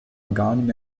organen